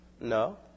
No